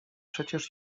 przecież